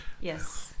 Yes